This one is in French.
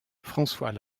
françois